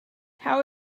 how